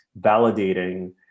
validating